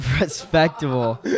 Respectable